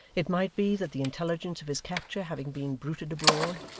it might be that the intelligence of his capture having been bruited abroad,